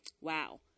wow